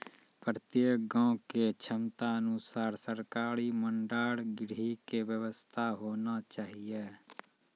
प्रत्येक गाँव के क्षमता अनुसार सरकारी भंडार गृह के व्यवस्था होना चाहिए?